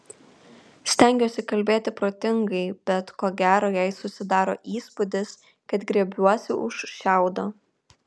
stengiuosi kalbėti protingai bet ko gero jai susidaro įspūdis kad griebiuosi už šiaudo